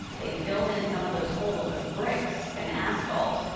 they filled in some of those holes with bricks and asphalt.